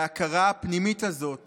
וההכרה הפנימית הזאת